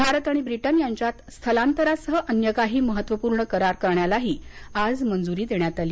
भारत आणि ब्रिटन यांच्यात स्थलांतरासह अन्य काही महत्त्वपूर्ण करार करण्यालाही आज मंजुरी देण्यात आली